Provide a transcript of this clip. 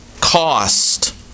cost